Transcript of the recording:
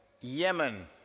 Yemen